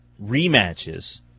rematches